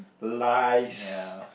lies